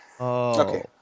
Okay